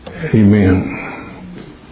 Amen